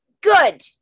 Good